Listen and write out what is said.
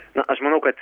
na aš manau kad